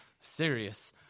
Serious